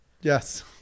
Yes